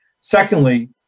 Secondly